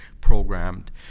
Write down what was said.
programmed